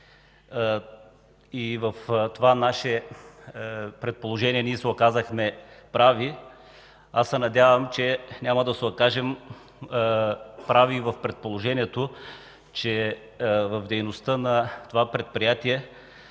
В това наше предположение ние се оказахме прави и се надявам, че няма да се окажем прави и в предположението, че в дейността на това предприятие